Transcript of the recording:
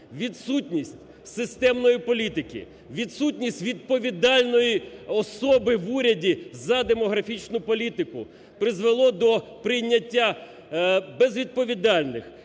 відсутність системної політики, відсутність відповідальної особи в уряді за демографічну політику призвело до прийняття безвідповідальних,